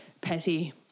petty